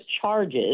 charges